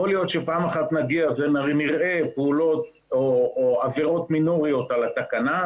יכול להיות שפעם אחת נגיע נראה פעולות או עבירות מינוריות על התקנה,